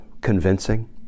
convincing